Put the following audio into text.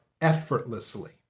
effortlessly